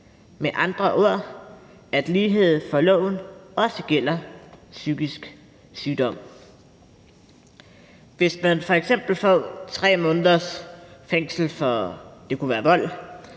Med andre ord, at lighed for loven også gælder psykisk sygdom. Hvis man f.eks. får 3 måneders fængsel for,